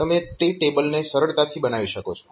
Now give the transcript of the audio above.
તમે તે ટેબલ ને સરળતાથી બનાવી શકો છો